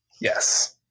Yes